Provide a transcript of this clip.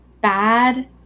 bad